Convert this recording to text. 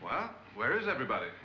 wow where is everybody